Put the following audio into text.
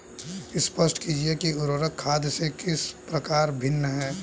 स्पष्ट कीजिए कि उर्वरक खाद से किस प्रकार भिन्न है?